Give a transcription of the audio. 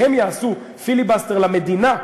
שהם יעשו פיליבסטר למדינה,